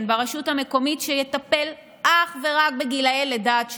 ברשות המקומית שיטפל אך ורק בגילי לידה עד שלוש.